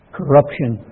corruption